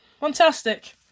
Fantastic